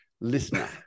listener